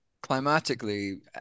climatically